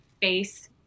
face